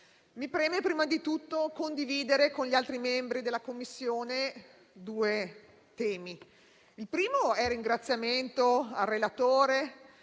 mi preme prima di tutto condividere con gli altri membri della Commissione due temi. Il primo è il ringraziamento al relatore,